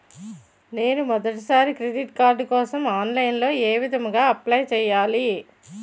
నేను మొదటిసారి credit card కోసం ఆన్లైన్ లో ఏ విధంగా అప్లై చేయాలి?